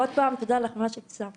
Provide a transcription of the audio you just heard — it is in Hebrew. מירה: ועוד פעם, תודה לך על מה שאת עושה.